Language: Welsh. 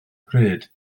pryd